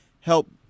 help